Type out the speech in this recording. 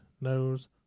knows